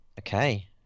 Okay